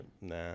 nah